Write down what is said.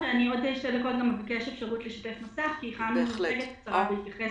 גם לשתף מסך כי הכנו מצגת קצרה בהתייחס